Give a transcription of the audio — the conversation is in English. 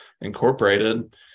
incorporated